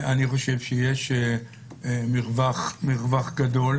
אני חושב שיש יש לך מרווח גדול,